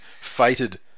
fated